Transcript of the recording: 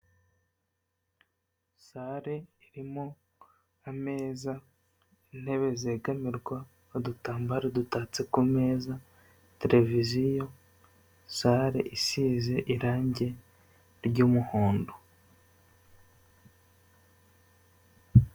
Sale irimo ameza, intebe zegamirwa, udutambaro dutatse kumeza, televiziyo, sale isize irangi ry'umuhondo.